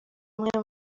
umwe